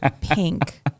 pink